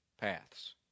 paths